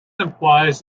implies